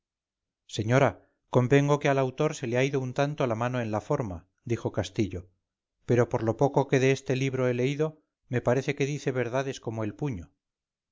señora convengo que al autor se le ha ido un tanto la mano en la forma dijo castillo pero por lo poco que de este libro he leído me parece que dice verdades como el puño